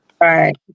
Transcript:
Right